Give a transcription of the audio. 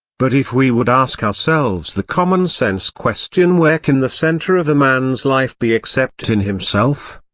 but if we would ask ourselves the common-sense question where can the centre of a man's life be except in himself?